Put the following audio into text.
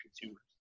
consumers